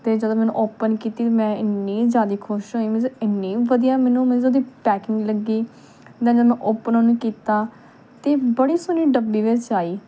ਅਤੇ ਜਦੋਂ ਮੈਂ ਉਹਨੂੰ ਓਪਨ ਕੀਤੀ ਮੈਂ ਇੰਨੀ ਜ਼ਿਆਦਾ ਖੁਸ਼ ਹੋਈ ਮੀਨਜ਼ ਇੰਨੀ ਵਧੀਆ ਮੈਨੂੰ ਮੀਨਜ਼ ਉਹਦੀ ਪੈਕਿੰਗ ਲੱਗੀ ਦੈਨ ਜਦੋਂ ਮੈਂ ਓਪਨ ਉਹਨੂੰ ਕੀਤਾ ਤਾਂ ਬੜੀ ਸੋਹਣੀ ਡੱਬੀ ਵਿੱਚ ਆਈ